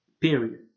period